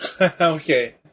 Okay